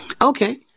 okay